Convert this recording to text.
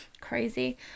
crazy